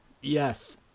Yes